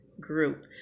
group